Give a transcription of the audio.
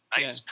Nice